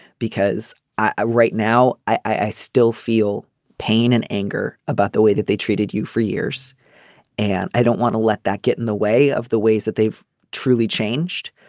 because right now i still feel pain and anger about the way that they treated you for years and i don't want to let that get in the way of the ways that they've truly changed.